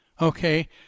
okay